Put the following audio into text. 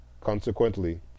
Consequently